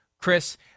Chris